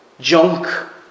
Junk